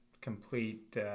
complete